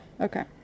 Okay